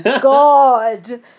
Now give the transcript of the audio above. god